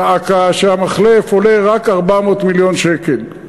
דא עקא שהמחלף עולה רק 400 מיליון שקל.